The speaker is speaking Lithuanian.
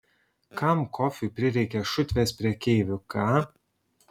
kam kofiui prireikė šutvės prekeivių ką